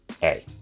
hey